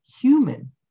human